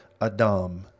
Adam